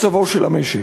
מצבו של המשק.